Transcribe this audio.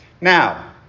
Now